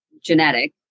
genetic